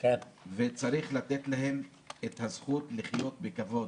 צריך לתת להם את הזכות לחיות בכבוד.